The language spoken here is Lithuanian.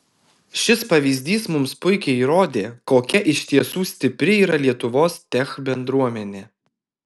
šis pavyzdys mums puikiai įrodė kokia iš tiesų stipri yra lietuvos tech bendruomenė